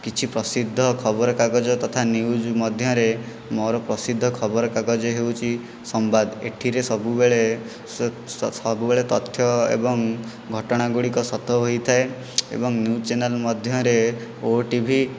କିଛି ପ୍ରସିଦ୍ଧ ଖବରକାଗଜ ତଥା ନିୟୁଜ ମଧ୍ୟରେ ମୋର ପ୍ରସିଦ୍ଧ ଖବରକାଗଜ ହେଉଛି ସମ୍ବାଦ ଏହିଠିରେ ସବୁବେଳେ ସବୁବେଳେ ତଥ୍ୟ ଏବଂ ଘଟଣା ଗୁଡ଼ିକ ସତ ହୋଇଥାଏ ଏବଂ ନିୟୁଜ ଚ୍ୟାନେଲ ମଧ୍ୟରେ ଓଟିଭି